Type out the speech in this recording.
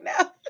now